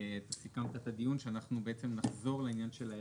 אתה סיכמת את הדיון שאנחנו נחזור לעניין של ההרכב.